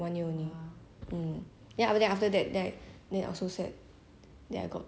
then I got two more rabbits I actu~ I mean